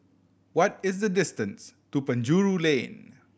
what is the distance to Penjuru Lane